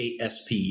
ASP